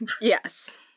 Yes